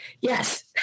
Yes